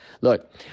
Look